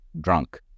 drunk